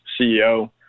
CEO